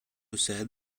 said